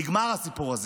נגמר הסיפור הזה,